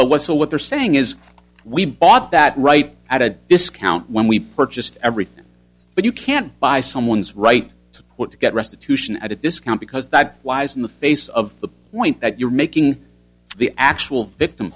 but what's the what they're saying is we bought that right at a discount when we purchased everything but you can buy someone's right to put to get restitution at a discount because that wise in the face of the point that you're making the actual victim